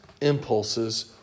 impulses